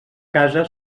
casa